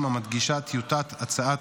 המקצועיים,